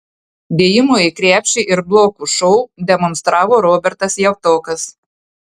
dėjimų į krepšį ir blokų šou demonstravo robertas javtokas